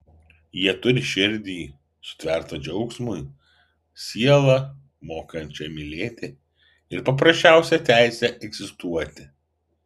jie turi širdį sutvertą džiaugsmui sielą mokančią mylėti ir paprasčiausią teisę egzistuoti